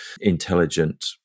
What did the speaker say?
intelligent